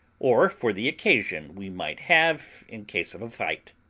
or for the occasion we might have in case of a fight.